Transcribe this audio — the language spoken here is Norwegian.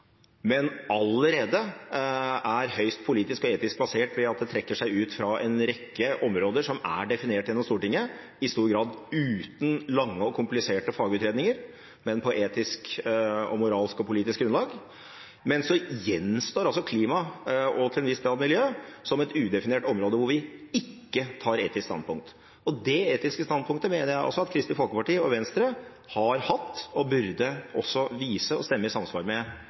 men allerede er høyst politisk og etisk basert, ved at det trekker seg ut fra en rekke områder som er definert gjennom Stortinget – i stor grad uten lange og kompliserte fagutredninger, men på etisk, moralsk og politisk grunnlag. Men så gjenstår altså klima – og til en viss grad miljø – som et udefinert område hvor vi ikke tar etisk standpunkt. Og dét etiske standpunktet mener jeg altså at Kristelig Folkeparti og Venstre har hatt og også burde vise og stemme i samsvar med